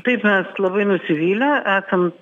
taip mes labai nusivylę esam